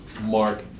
mark